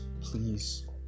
Please